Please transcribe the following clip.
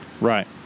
Right